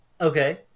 Okay